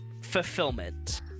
fulfillment